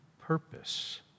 purpose